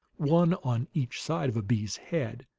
one on each side of a bee's head,